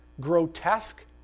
grotesque